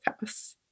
house